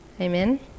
amen